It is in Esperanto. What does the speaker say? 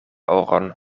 oron